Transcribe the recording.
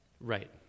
Right